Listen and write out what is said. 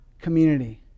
community